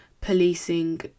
policing